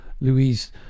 Louise